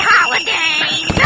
Holidays